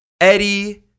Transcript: Eddie